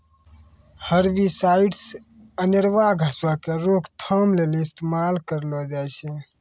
herbicides अनेरुआ घासो के रोकथाम लेली इस्तेमाल करलो जाय छै